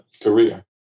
career